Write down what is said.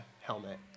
helmet